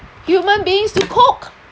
human beings to cook